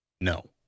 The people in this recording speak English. No